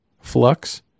flux